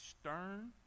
stern